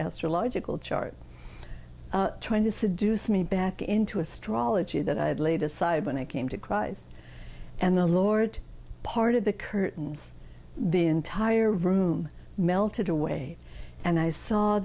or logical chart trying to seduce me back into astrology that i had laid aside when i came to christ and the lord parted the curtains the entire room melted away and i saw